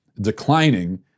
declining